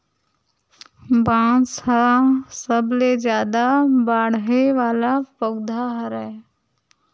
बांस ह सबले जादा बाड़हे वाला पउधा हरय